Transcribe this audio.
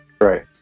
Right